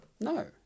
No